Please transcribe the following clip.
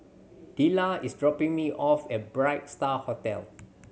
Delila is dropping me off at Bright Star Hotel